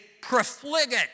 profligate